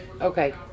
Okay